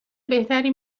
بهتری